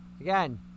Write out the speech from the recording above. Again